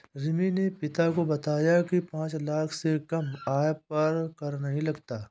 रिमी ने पिता को बताया की पांच लाख से कम आय पर कर नहीं लगता